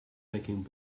making